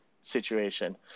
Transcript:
situation